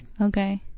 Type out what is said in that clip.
okay